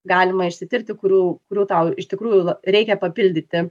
galima išsitirti kurių kurių tau iš tikrųjų la reikia papildyti